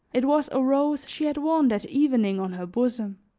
it was a rose she had worn that evening on her bosom